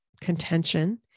contention